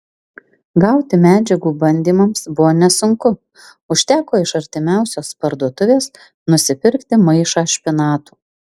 gauti medžiagų bandymams buvo nesunku užteko iš artimiausios parduotuvės nusipirkti maišą špinatų